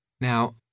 now